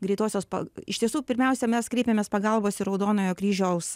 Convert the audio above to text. greitosios pa iš tiesų pirmiausia mes kreipėmės pagalbos į raudonojo kryžiaus